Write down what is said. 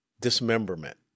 Dismemberment